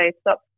stop